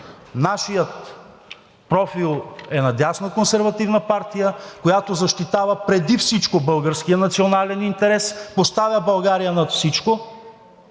Нашият профил е на дясноконсервативна партия, която защитава преди всичко българския национален интерес, поставя България над всичко